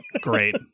Great